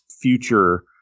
future